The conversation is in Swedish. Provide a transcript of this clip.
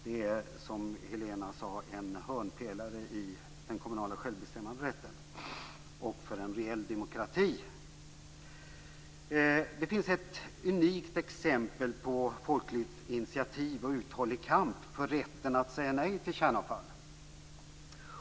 Det är som Helena Hillar Rosenqvist sade en hörnpelare i den kommunala självbestämmanderätten och en förutsättning för en reell demokrati. Det finns ett unikt exempel på ett folkligt initiativ och en uthållig kamp för rätten att säga nej till kärnavfall.